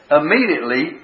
immediately